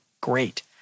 great